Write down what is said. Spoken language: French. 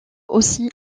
aussi